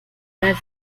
nazis